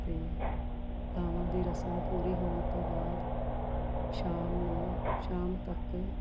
ਅਤੇ ਲਾਵਾਂ ਦੀ ਰਸਮ ਪੂਰੀ ਹੋਣ ਤੋਂ ਬਾਅਦ ਸ਼ਾਮ ਨੂੰ ਸ਼ਾਮ ਤੱਕ